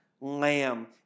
lamb